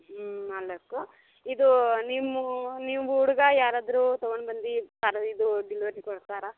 ಹ್ಞೂ ನಾಲ್ಕು ಇದು ನಿಮ್ಮ ನಿಮ್ಮ ಹುಡುಗ ಯಾರಾದರೂ ತೊಗೊಂಡು ಬಂದು ಇದು ಡಿಲವರಿ ಕೊಡ್ತಾರಾ